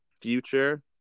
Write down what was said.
future